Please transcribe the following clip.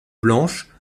blanches